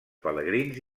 pelegrins